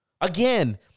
again